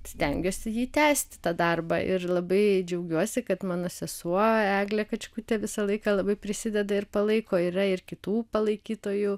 stengiuosi jį tęsti tą darbą ir labai džiaugiuosi kad mano sesuo eglė kačkutė visą laiką labai prisideda ir palaiko yra ir kitų palaikytojų